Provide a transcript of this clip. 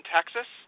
Texas